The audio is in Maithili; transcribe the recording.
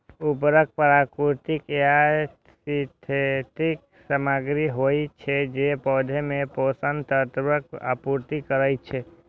उर्वरक प्राकृतिक या सिंथेटिक सामग्री होइ छै, जे पौधा मे पोषक तत्वक आपूर्ति करै छै